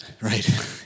Right